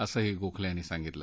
असंही गोखले यांनी सांगितलं